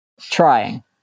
Trying